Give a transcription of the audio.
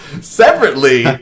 Separately